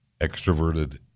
extroverted